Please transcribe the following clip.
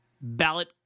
ballot